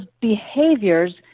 behaviors